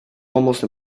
almost